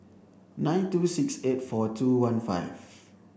nine two six eight four two one five